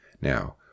Now